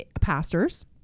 pastors